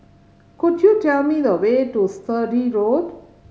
could you tell me the way to Sturdee Road